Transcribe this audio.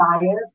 bias